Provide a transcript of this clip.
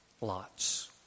Lot's